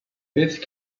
these